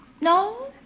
No